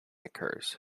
occurs